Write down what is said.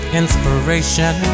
inspiration